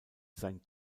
sein